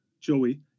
Joey